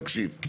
תקשיב.